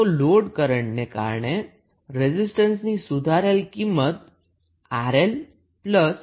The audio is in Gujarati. તો લોડ કરન્ટને કારણે રેઝિસ્ટન્સ ની સુધારેલ કિંમત 𝑅𝐿𝛥𝑅 થશે